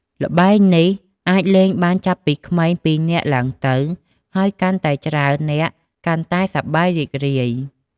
ល្បែងនេះអាចលេងបានចាប់ពីក្មេងពីរនាក់ឡើងទៅ ហើយកាន់តែច្រើននាក់ កាន់តែសប្បាយរីករាយ។